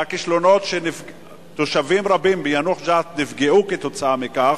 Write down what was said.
והכישלונות שתושבים רבים ביאנוח ג'ת נפגעו מהם,